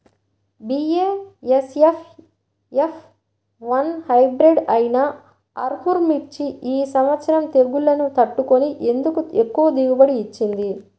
BASF F one hybrid అయినా ఆర్ముర్ మిర్చి ఈ సంవత్సరం తెగుళ్లును తట్టుకొని ఎందుకు ఎక్కువ దిగుబడి ఇచ్చింది?